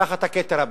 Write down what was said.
תחת הכתר הבריטי.